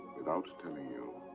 without telling you.